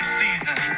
season